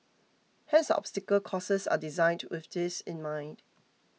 hence the obstacle courses are designed with this in mind